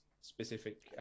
specific